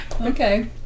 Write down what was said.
okay